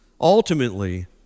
Ultimately